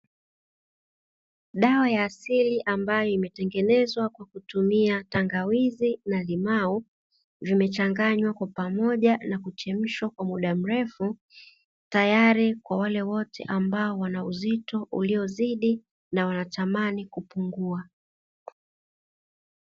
Dawa ya asili ambayo imetengenezwa kwa kutumia tangawizi na limao vimechanganywa kwa pamoja na kuchemshwa kwa muda mrefu, tayari kwa wale wote ambao wana uzito uliozidi na wanatamani kupungua.